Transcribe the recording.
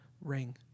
ring